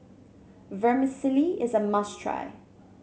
vermicelli is a must try